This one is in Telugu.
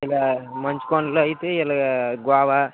ఇలా మంచు కొండలు అయితే ఇలగా గోవా